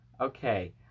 Okay